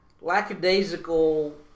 lackadaisical